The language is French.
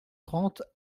trente